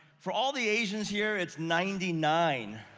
for all the asians here, it's ninety nine.